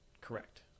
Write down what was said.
correct